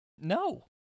no